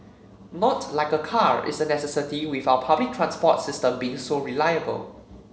not like a car is a necessity with our public transport system being so reliable